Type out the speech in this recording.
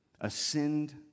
ascend